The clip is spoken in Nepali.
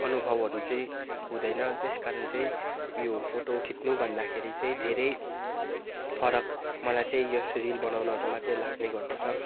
अनुभवहरू चाहिँ हुँदैन त्यसकारण चाहिँ यो फोटो खिच्नु भन्दाखेरि चाहिँ धेरै फरक मलाई चाहिँ यस रिल बनाउनुहरूमा चाहिँ लाग्ने गर्दछ